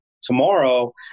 tomorrow